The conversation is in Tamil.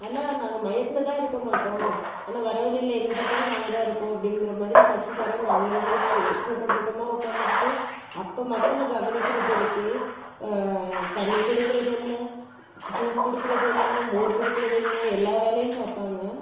ஆனால் நாங்கள் மையத்தில் தான் இருக்க மாட்டோம் ஆனால் வரவழியில் எங்கே பார்த்தாலும் நாங்கள் தான் இப்போம் அப்படின்ங்கிற மாதிரி கட்சிக்காரங்க அங்கங்கே கூ கூட்டம் கூட்டமாக உட்காந்துக்கிட்டு அப்போ மக்களை கவனிக்கிறது இருக்கே தண்ணி கொடுக்குறது என்ன ஜூஸ் கொடுக்குறது என்ன மோர் கொடுக்குறது என்ன எல்லா வேலையும் பார்ப்பாங்க